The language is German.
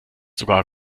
sogar